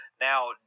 Now